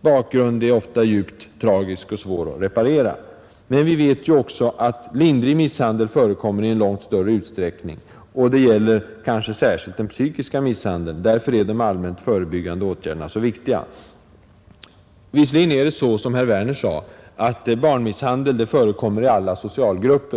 bakgrund kan vara djupt tragisk och svår att reparera. Men vi vet också att lindrig misshandel förekommer i långt större utsträckning, och det gäller kanske särskilt den psykiska misshandeln. Därför är de allmänt förebyggande åtgärderna så viktiga. Visserligen är det som herr Werner i Malmö sade att barnmisshandel förekommer i alla socialgrupper.